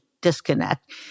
disconnect